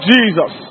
Jesus